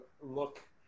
look